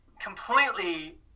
completely